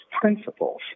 principles